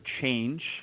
change